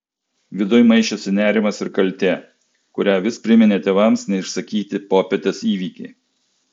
viduj maišėsi nerimas ir kaltė kurią vis priminė tėvams neišsakyti popietės įvykiai